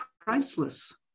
priceless